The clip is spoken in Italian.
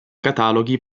cataloghi